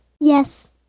yes